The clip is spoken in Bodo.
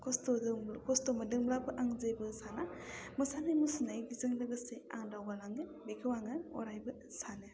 खस्थ'जों खस्थ' मोन्दोंब्लाबो आं जेबो साना मोसानाय मुसुरनायजों लोगोसे आंहा दावगालांगोन बेखौ आङो अरायबो सानो